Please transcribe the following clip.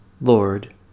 Lord